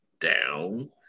down